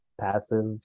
passive